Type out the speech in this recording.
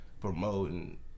promoting